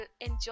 enjoy